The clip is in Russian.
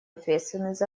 ответственность